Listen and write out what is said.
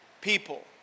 people